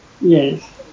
yes